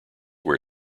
wear